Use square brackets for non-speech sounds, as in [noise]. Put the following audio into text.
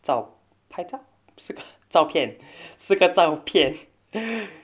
照拍照四个 [breath] 照片 [laughs] 四个照片 [laughs]